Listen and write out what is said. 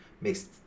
makes